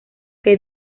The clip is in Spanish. que